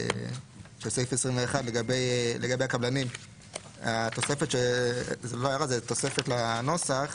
בסעיף 21 לגבי הקבלנים, זאת תוספת לנוסח